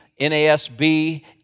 NASB